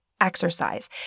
exercise